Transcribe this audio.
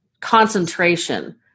concentration